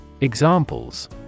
Examples